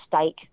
stake